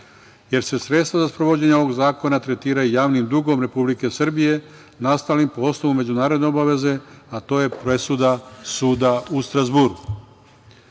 jer se sredstva za sprovođenje ovog zakona tretiraju javnim dugom Republike Srbije nastali po osnovu međunarodne obaveze, a to je presuda suda u Strazburu. Osnovnim